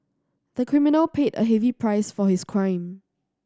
the criminal paid a heavy price for his crime